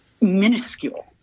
minuscule